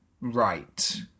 right